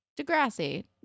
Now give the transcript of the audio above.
Degrassi